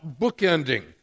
bookending